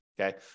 Okay